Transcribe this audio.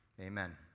Amen